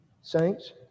saints